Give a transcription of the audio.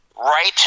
right